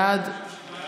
בעד, בעד.